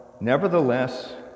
nevertheless